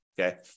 okay